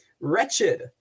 wretched